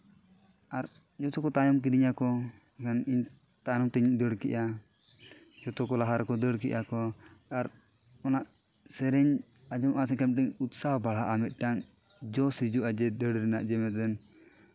ᱟᱨ ᱡᱚᱛᱚ ᱠᱚ ᱛᱟᱭᱚᱢ ᱠᱤᱫᱤᱧᱟᱠᱚ ᱠᱷᱟᱱ ᱤᱧ ᱛᱟᱭᱚᱢ ᱛᱮᱧ ᱫᱟᱹᱲ ᱠᱮᱜᱼᱟ ᱡᱚᱛᱚ ᱠᱚ ᱞᱟᱦᱟ ᱨᱮᱠᱚ ᱫᱟᱹᱲ ᱠᱮᱜ ᱟᱠᱚ ᱟᱨ ᱚᱱᱟ ᱥᱟᱭᱮᱨᱱ ᱟᱸᱡᱚᱢᱜᱼᱟ ᱥᱮᱠᱷᱟᱱ ᱢᱤᱫᱴᱟᱝ ᱩᱛᱥᱟᱦᱚ ᱵᱟᱲᱦᱟᱜᱼᱟ ᱢᱤᱫᱴᱟᱝ ᱡᱚᱥ ᱦᱤᱡᱩᱜᱼᱟ ᱡᱮ ᱫᱟᱹᱲ ᱨᱮᱱᱟᱜ ᱡᱮ ᱢᱤᱫᱴᱮᱱ